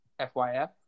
FYF